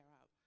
out